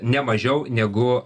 ne mažiau negu